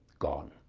gone!